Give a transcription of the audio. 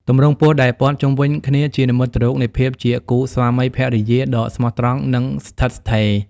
ទម្រង់ពស់ដែលព័ន្ធជុំវិញគ្នាជានិមិត្តរូបនៃភាពជាគូរស្វាមីភរិយាដ៏ស្មោះត្រង់និងស្ថិតស្ថេរ។